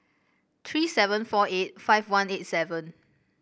three seven four eight five one eight seven